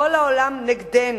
כל העולם נגדנו.